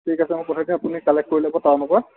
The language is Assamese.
ঠিক আছে মই পঠাই দিম আপুনি কালেক্ট কৰি ল'ব টাউনৰ পৰা